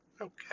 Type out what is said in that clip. Okay